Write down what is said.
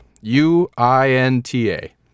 U-I-N-T-A